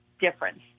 difference